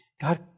God